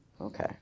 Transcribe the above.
Okay